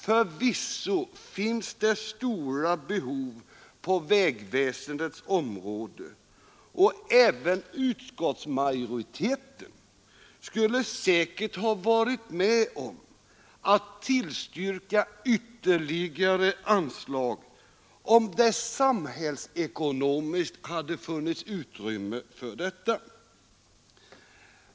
Förvisso finns det stora behov på vägväsendets område, och även utskottsmajoriteten skulle säkert ha varit med om att tillstyrka ytterligare anslag, om det samhällsekonomiskt hade funnits utrymme för detta.